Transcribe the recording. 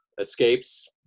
escapes